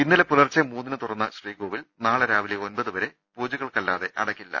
ഇന്നലെ പുലർച്ചെ മൂന്നിന് തുറന്ന ശ്രീകോവിൽ നാളെ രാവിലെ ഒൻപതുവരെ പൂജകൾക്കല്ലാതെ അടക്കി ല്ല